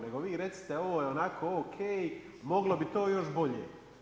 No vi recite ovo je onako ok moglo bi to još bolje.